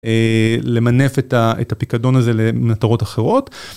למנף את הפיקדון הזה למטרות אחרות.